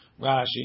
Rashi